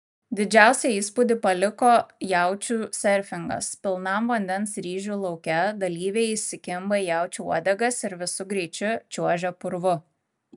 didžiausią įspūdį paliko jaučių serfingas pilnam vandens ryžių lauke dalyviai įsikimba į jaučių uodegas ir visu greičiu čiuožia purvu